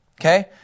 Okay